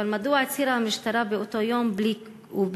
אבל מדוע הצהירה המשטרה באותו יום ובלי